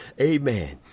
Amen